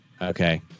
Okay